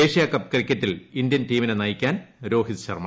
Asia Cup ക്രിക്കറ്റിൽ Indian ടീമിനെ നയിക്കാൻ രോഹിത് ശർമ്മ